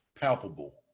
palpable